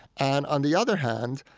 and on the other hand,